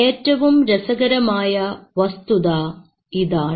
ഏറ്റവും രസകരമായ വസ്തുത ഇതാണ്